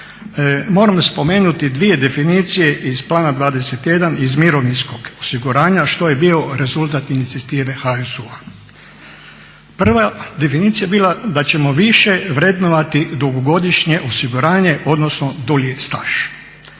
moram spomenuti dvije definicije iz plana 21 iz mirovinskog osiguranja što je bio rezultat inicijative HSU-a. Prva definicija je bila da ćemo više vrednovati dugogodišnje osiguranje odnosno dulji staž.